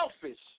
selfish